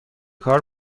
کار